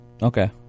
Okay